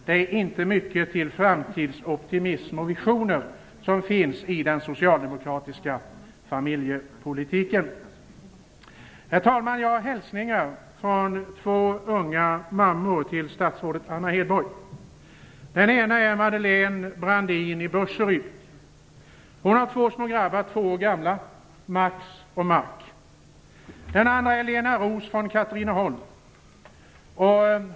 Det finns inte mycket till framtidsoptimism och visioner i den socialdemokratiska familjepolitiken. Herr talman! Jag har hälsningar till statsrådet Anna Hedborg från två unga mammor. Den ena heter Madelén Brandin och är från Burseryd. Hon har två små grabbar som är två år gamla. De heter Mats och Marck. Den andra mamman heter Lena Roos och är från Katrineholm.